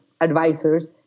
advisors